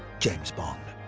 james bond.